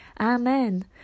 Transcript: Amen